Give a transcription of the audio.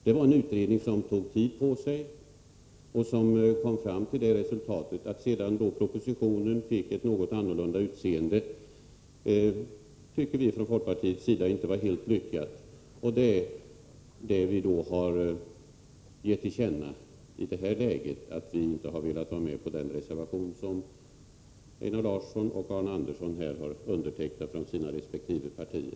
Det var en utredning som tog tid på sig och som kom fram till det resultat jag talat om. Att propositionen sedan fick ett något annorlunda utseende tycker inte vi från folkpartiet var helt lyckat, och det är det vi har velat ge till känna i detta läge när vi inte har velat vara med på den reservation som Einar Larsson och Arne Andersson i Ljung har undertecknat för sina resp. partier.